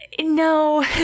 no